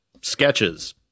sketches